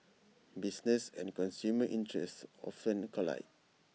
business and consumer interests often collide